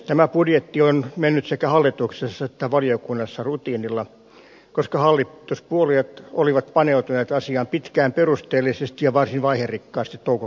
tämä budjetti on mennyt sekä hallituksessa että valiokunnassa rutiinilla koska hallituspuolueet olivat paneutuneet asiaan pitkään perusteellisesti ja varsin vaiherikkaasti toukokesäkuussa